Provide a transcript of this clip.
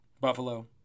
Buffalo